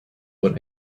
what